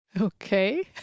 Okay